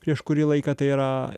prieš kurį laiką tai yra